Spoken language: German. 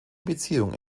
beziehung